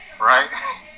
right